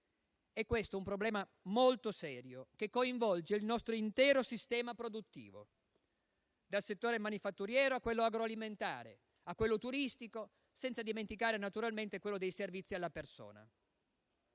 Questo è un problema molto serio, che coinvolge il nostro intero sistema produttivo, dal settore manifatturiero a quello agroalimentare a quello turistico, senza dimenticare naturalmente quello dei servizi alla persona.